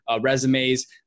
resumes